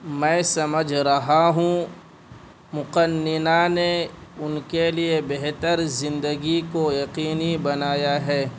میں سمجھ رہا ہوں مقننہ نے ان کے لیے بہتر زندگی کو یقینی بنایا ہے